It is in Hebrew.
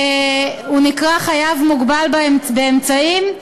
נקרא "חייב מוגבל באמצעים".